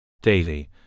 Daily